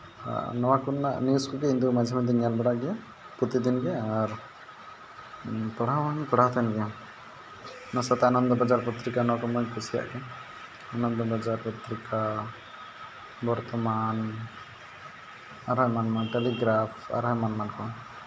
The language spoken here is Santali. ᱱᱚᱣᱟ ᱠᱚᱨᱮᱱᱟᱜ ᱱᱤᱭᱩᱡᱽ ᱠᱚᱜᱮ ᱤᱧ ᱫᱚ ᱢᱟᱡᱷᱮ ᱢᱚᱫᱽᱫᱷᱮᱧ ᱧᱮᱞ ᱵᱟᱲᱟᱭ ᱜᱮᱭᱟ ᱯᱨᱚᱛᱤ ᱫᱤᱱ ᱜᱮ ᱟᱨ ᱯᱟᱲᱦᱟᱣ ᱦᱚᱸᱧ ᱯᱟᱲᱦᱟᱣ ᱛᱟᱦᱮᱱ ᱜᱮᱭᱟ ᱚᱱᱟ ᱥᱟᱛᱮ ᱟᱱᱚᱱᱫᱚ ᱵᱟᱡᱟᱨ ᱯᱚᱛᱛᱨᱤᱠᱟ ᱚᱱᱟ ᱠᱚᱢᱟᱧ ᱠᱩᱥᱤᱭᱟᱜ ᱜᱮ ᱟᱱᱱᱚᱱᱫᱚ ᱵᱟᱡᱟᱨ ᱯᱚᱛᱨᱤᱠᱟ ᱵᱚᱨᱛᱚᱢᱟᱱ ᱟᱨᱦᱚᱸ ᱮᱢᱟᱱ ᱮᱢᱟᱱ ᱴᱮᱞᱤᱜᱨᱟᱯᱷ ᱮᱢᱟᱱ ᱮᱢᱟᱱ ᱠᱚ